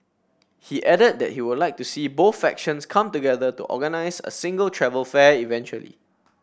he added that he would like to see both factions come together to organise a single travel fair eventually